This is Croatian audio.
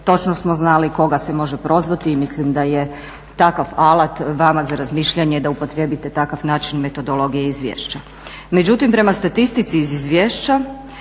Točno smo znali koga se može prozvati i mislim da je takav alat vama za razmišljanje da upotrijebite takav način metodologije izvješća. Međutim, prema statistici iz izvješća